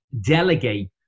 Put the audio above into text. delegate